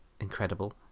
incredible